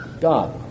God